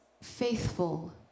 faithful